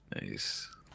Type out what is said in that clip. Nice